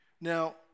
Now